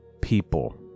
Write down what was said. people